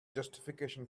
justification